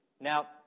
Now